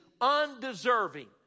undeserving